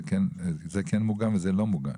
זה כן מוגן וזה לא מוגן.